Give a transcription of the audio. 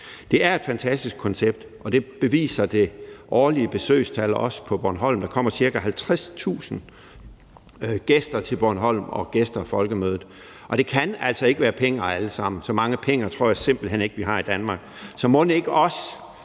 Det er et fantastisk koncept, og det beviser det årlige besøgstal på Bornholm også. Der kommer ca. 50.000 gæster til Bornholm og gæster Folkemødet, og det kan altså ikke alle sammen være pinger. Så mange pinger tror jeg simpelt hen ikke vi har i Danmark. Så mon ikke også